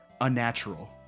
unnatural